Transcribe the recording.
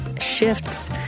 shifts